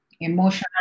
emotional